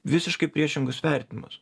visiškai priešingus vertinimus